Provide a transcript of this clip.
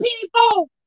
people